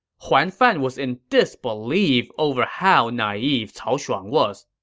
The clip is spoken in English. huan fan was in disbelief over how naive cao shuang was.